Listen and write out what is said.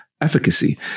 efficacy